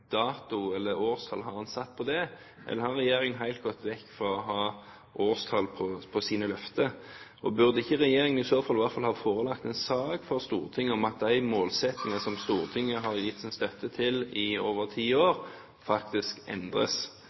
årstall har han satt på det? Eller har regjeringen helt gått vekk fra å ha årstall på sine løfter? Burde ikke regjeringen i så fall i hvert fall ha forelagt en sak for Stortinget om at de målsettingene som Stortinget har gitt sin støtte til i over ti år, faktisk endres,